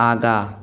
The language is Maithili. आगाँ